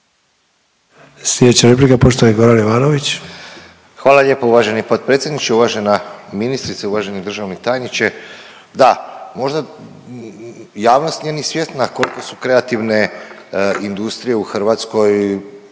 Slijedeća replika poštovani Goran Ivanović. **Ivanović, Goran (HDZ)** Hvala lijepo uvaženi potpredsjedniče. Uvažena ministrice, uvaženi državni tajniče, da možda javnost nije ni svjesna kolko su kreativne industrije u Hrvatskoj,